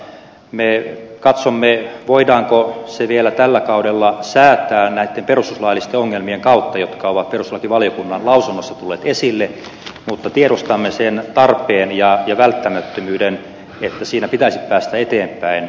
neljän katsominen voidaanko se vielä tällä kaudella säätää näitten perustuslaillisten ongelmien kautta jotka ovat peruslakivaliokunnan lausunnosta tuli esille mutta tiedostammeiseen tahtiin ja välttämättömyyden että siinä pitäisi päästä eteenpäin